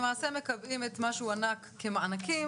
מקבעים את מה שהוענק כמענקים,